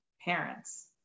parents